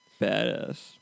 badass